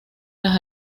las